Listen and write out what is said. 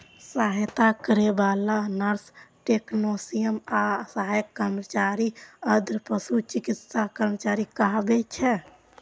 सहायता करै बला नर्स, टेक्नेशियन आ सहायक कर्मचारी अर्ध पशु चिकित्सा कर्मचारी कहाबै छै